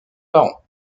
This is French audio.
parents